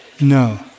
No